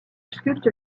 sculpte